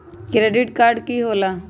Credit card की होला?